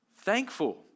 thankful